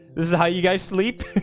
this is how you guys sleep?